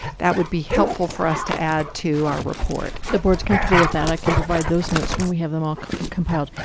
that would be helpful for us to add to our report. if the board's comfortable with that, i can provide those notes when we have them all compiled.